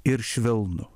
ir švelnu